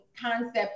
concept